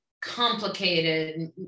complicated